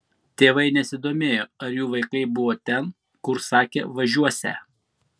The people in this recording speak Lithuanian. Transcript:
tėvai nesidomėjo ar jų vaikai buvo ten kur sakė važiuosią